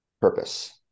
purpose